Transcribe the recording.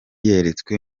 yeretswe